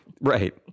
Right